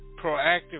Proactive